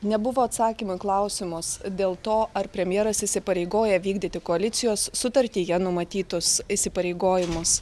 nebuvo atsakymų į klausimus dėl to ar premjeras įsipareigoja vykdyti koalicijos sutartyje numatytus įsipareigojimus